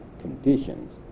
conditions